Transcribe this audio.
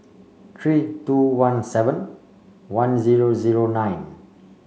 three two one seven one zero zero nine